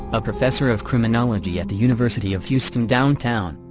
a professor of criminology at the university of houston-downtown.